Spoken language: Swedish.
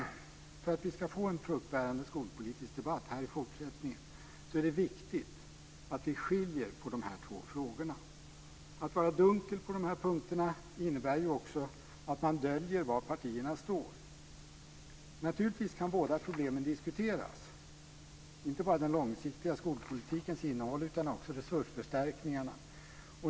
För att vi ska få en fruktbärande skolpolitisk debatt här i fortsättningen är det viktigt att vi skiljer på de här två frågorna. Att vara dunkel på de här punkterna innebär ju att man döljer var partierna står. Naturligtvis kan båda problemen diskuteras, inte bara den långsiktiga skolpolitikens innehåll utan också resursförstärkningarna.